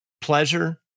pleasure